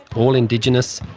all indigenous,